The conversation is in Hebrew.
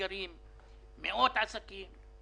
מאות עסקים שנסגרים,